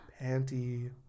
Panty